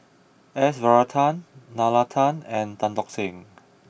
S Varathan Nalla Tan and Tan Tock Seng